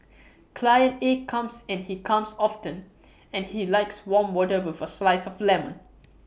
client A comes and he comes often and he likes warm water with A slice of lemon